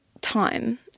time